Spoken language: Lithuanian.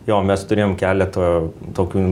jo mes turėjom keletą tokių